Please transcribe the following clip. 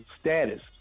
status